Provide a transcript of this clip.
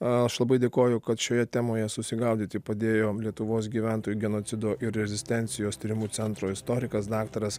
aš labai dėkoju kad šioje temoje susigaudyti padėjo lietuvos gyventojų genocido ir rezistencijos tyrimų centro istorikas daktaras